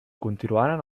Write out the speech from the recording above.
continuaren